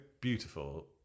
beautiful